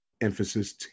emphasis